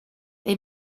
they